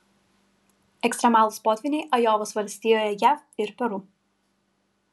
ekstremalūs potvyniai ajovos valstijoje jav ir peru